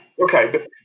okay